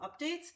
updates